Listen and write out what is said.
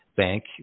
bank